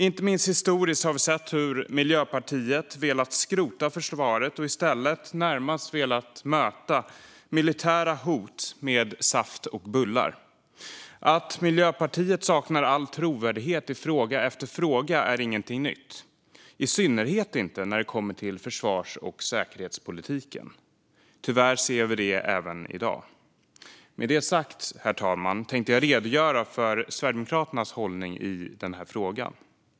Inte minst historiskt har vi sett hur Miljöpartiet velat skrota försvaret och i stället närmast velat möta militära hot med saft och bullar. Att Miljöpartiet saknar all trovärdighet i fråga efter fråga är inget nytt, i synnerhet inte när det kommer till försvars och säkerhetspolitik. Tyvärr ser vi det även i dag. Med detta sagt, herr talman, tänkte jag redogöra för Sverigedemokraternas hållning i denna fråga.